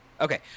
Okay